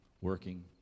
working